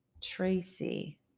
Tracy